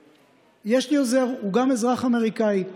יש לי עוזר, הוא גם אזרח אמריקאי.